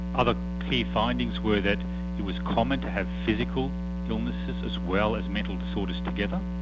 other key findings were that it was common to have physical illnesses as well as mental disorders together.